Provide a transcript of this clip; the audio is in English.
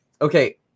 Okay